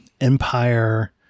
empire